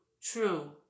true